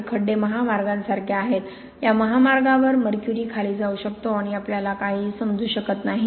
हे खड्डे महामार्गांसारखे आहेत या महामार्गांवर मर्क्युरी खाली जाऊ शकतो आणि आपल्याला काहीही समजू शकत नाही